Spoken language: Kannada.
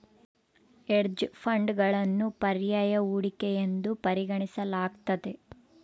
ಹೆಡ್ಜ್ ಫಂಡ್ಗಳನ್ನು ಪರ್ಯಾಯ ಹೂಡಿಕೆ ಎಂದು ಪರಿಗಣಿಸಲಾಗ್ತತೆ